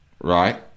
right